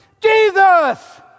Jesus